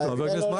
אני אומר